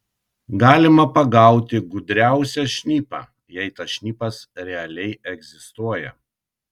galima pagauti gudriausią šnipą jei tas šnipas realiai egzistuoja